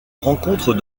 rencontre